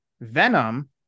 Venom